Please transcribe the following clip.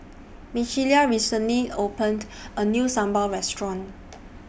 Michaela recently opened A New Sambal Restaurant